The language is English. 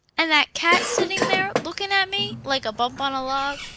and that cat sitting there, looking at me, like a bump on a log.